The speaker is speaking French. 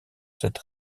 cette